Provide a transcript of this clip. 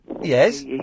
Yes